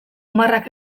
marrak